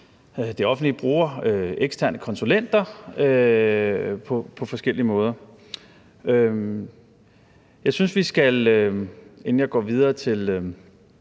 det offentlige bruger eksterne konsulenter på forskellige måder. Inden jeg går videre til